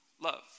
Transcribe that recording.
love